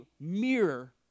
mirror